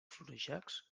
florejacs